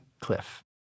cliff